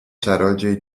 czarodziej